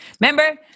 remember